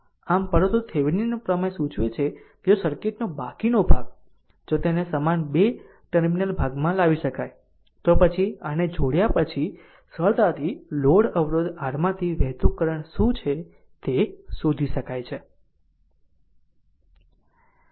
આમ પરંતુ થેવીનિન નો પ્રમેય સૂચવે છે કે જો સર્કિટનો બાકીનો ભાગ જો તેને સમાન બે ટર્મિનલ સર્કિટમાં લાવી શકાય તો પછી આને જોડ્યા પછી આ સરળતાથી લોડ અવરોધ rમાંથી વહેતું કરંટ શું છે તે શોધી શકે છે